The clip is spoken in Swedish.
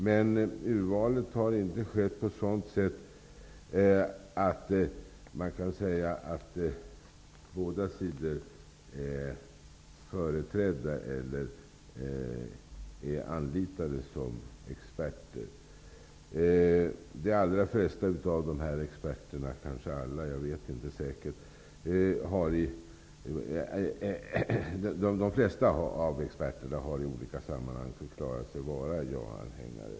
Men urvalet har inte skett på ett sådant sätt att man kan säga att båda sidor är företrädda eller är anlitade som experter. De allra flesta av dessa experter -- kanske alla, jag vet inte säkert -- har i olika sammanhang förklarat sig vara ja-anhängare.